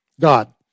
God